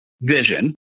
vision